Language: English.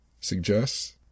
suggests